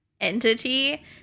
entity